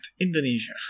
Indonesia